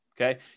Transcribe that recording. okay